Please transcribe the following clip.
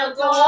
go